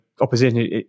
opposition